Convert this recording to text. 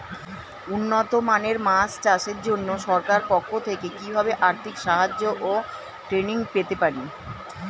উন্নত মানের মাছ চাষের জন্য সরকার পক্ষ থেকে কিভাবে আর্থিক সাহায্য ও ট্রেনিং পেতে পারি?